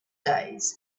days